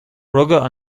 rugadh